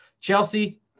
Chelsea